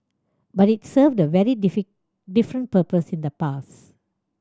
but it served a very different purpose in the past